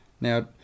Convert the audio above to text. Now